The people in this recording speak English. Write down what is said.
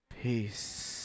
Peace